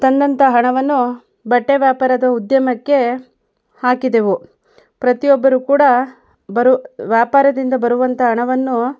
ತಂದಂಥ ಹಣವನ್ನು ಬಟ್ಟೆ ವ್ಯಾಪಾರದ ಉದ್ಯಮಕ್ಕೆ ಹಾಕಿದ್ದೆವು ಪ್ರತಿಯೊಬ್ಬರು ಕೂಡ ಬರೋ ವ್ಯಾಪಾರದಿಂದ ಬರುವಂಥ ಹಣವನ್ನು